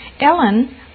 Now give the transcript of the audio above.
Ellen